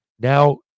now